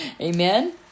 Amen